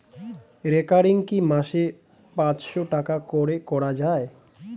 Recurring কি মাসে পাঁচশ টাকা করে করা যায়?